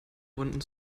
runden